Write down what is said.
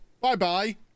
Bye-bye